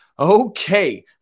Okay